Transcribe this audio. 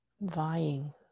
vying